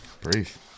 brief